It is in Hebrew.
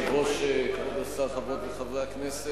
אדוני היושב-ראש, תודה, כבוד השר, חברי הכנסת,